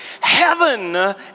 heaven